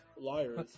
liars